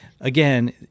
again